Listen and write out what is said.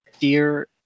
Dear